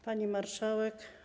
Pani Marszałek!